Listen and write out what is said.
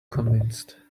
convinced